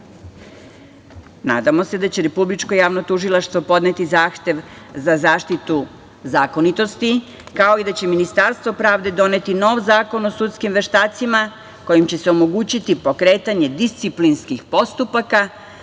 nadamo se da će Republičko javno tužilaštvo podneti zahtev za zaštitu zakonitosti, kao i da će Ministarstvo pravde doneti nov Zakon o sudskim veštacima kojim će se omogućiti pokretanje disciplinskih postupaka